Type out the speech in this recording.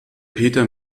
peter